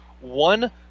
one